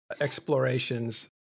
explorations